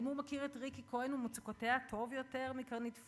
האם הוא מכיר את ריקי כהן ואת מצוקותיה טוב יותר מקרנית פלוג?